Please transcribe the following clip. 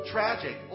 Tragic